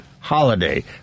Holiday